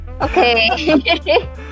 Okay